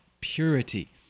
purity